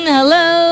Hello